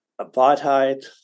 apartheid